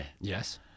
Yes